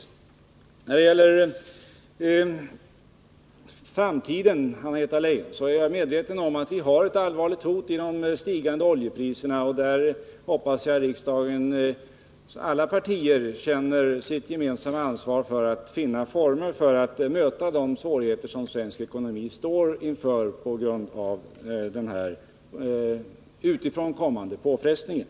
Om beredskaps När det gäller framtiden, Anna-Greta Leijon, är jag medveten om att vi — arbeten, m.m. har ett allvarligt hot i de stigande oljepriserna. Jag hoppas att riksdagens alla partier känner sitt gemensamma ansvar för att finna former för att möta de svårigheter som svensk ekonomi står inför på grund av den här utifrån kommande påfrestningen.